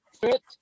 fit